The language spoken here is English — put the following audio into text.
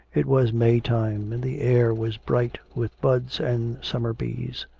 it was may-time, and the air was bright with buds and summer bees.